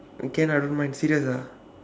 can I don't mind serious ah